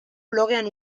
blogean